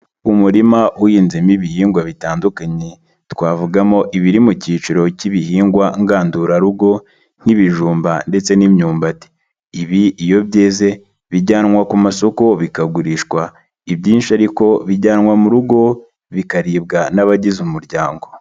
Umurima uhinzemo ibihingwa bitandukanye twavugamo ibiri mu cyiciro cy'ibihingwa ngandurarugo, nk'ibijumba ndetse n'imyumbati ibi iyo byeze bijyanwa ku masoko bikagurishwa ibyinshi ariko bijyanwa mu rugo bikaribwa n'abagize umuryango.